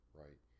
right